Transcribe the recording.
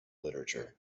literature